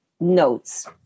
notes